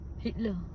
Hitler